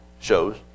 shows